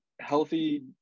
healthy –